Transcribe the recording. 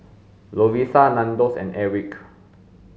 Lovisa Nandos and Airwick